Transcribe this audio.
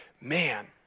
man